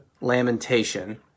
lamentation